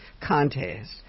contest